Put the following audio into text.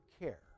care